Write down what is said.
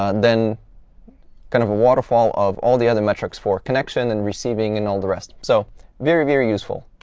ah then kind of a waterfall of all the other metrics for connection and receiving and all the rest, so very, very useful.